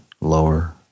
lower